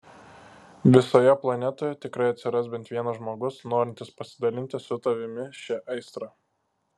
visoje planetoje tikrai atsiras bent vienas žmogus norintis pasidalinti su tavimi šia aistra